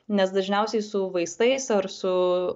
nes dažniausiai su vaistais ar su